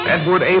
Edward